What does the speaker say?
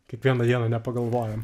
kiekvieną dieną nepagalvojam